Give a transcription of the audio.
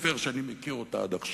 בואו נעיף אותם מפה,